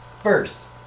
First